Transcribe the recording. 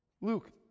Luke